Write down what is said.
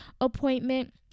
appointment